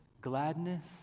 gladness